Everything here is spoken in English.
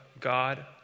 God